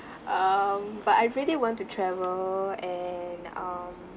um but I really want to travel and um